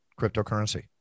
cryptocurrency